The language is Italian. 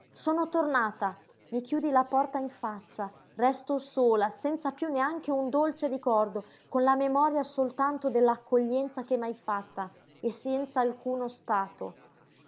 sono tornata mi chiudi la porta in faccia resto sola senza piú neanche un dolce ricordo con la memoria soltanto dell'accoglienza che m'hai fatta e senza alcuno stato